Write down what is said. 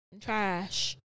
trash